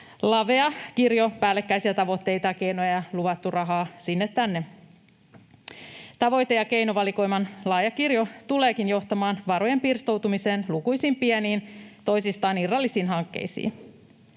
lavea kirjo päällekkäisiä tavoitteita ja keinoja, luvattu rahaa sinne tänne. Tavoite- ja keinovalikoiman laaja kirjo tuleekin johtamaan varojen pirstoutumiseen lukuisiin pieniin toisistaan irrallisiin hankkeisiin.